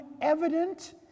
evident